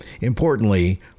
Importantly